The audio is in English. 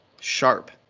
sharp